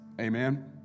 Amen